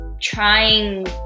trying